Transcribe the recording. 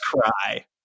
cry